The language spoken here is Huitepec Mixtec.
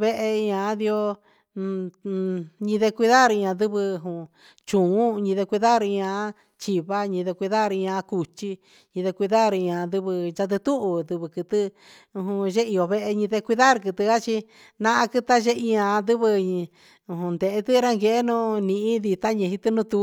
vehe nda io de cuidar andivɨ jum chu ul de cuidar ia chi va de cuidar cuu chi de cuidar ian andivɨ ndeho ti ra ndee yo uivi cani jinatu.